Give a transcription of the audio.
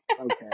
okay